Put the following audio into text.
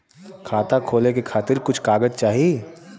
खाता खोले के खातिर कुछ कागज चाही?